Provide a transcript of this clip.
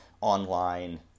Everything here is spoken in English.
online